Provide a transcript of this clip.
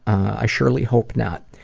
i surely hope not.